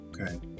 Okay